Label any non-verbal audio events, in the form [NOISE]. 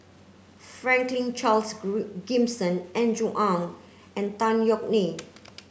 Franklin Charles [UNINTELLIGIBLE] Gimson Andrew Ang and Tan Yeok Nee